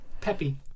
Peppy